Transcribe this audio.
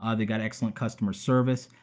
ah they've got excellent customer service,